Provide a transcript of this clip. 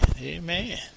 Amen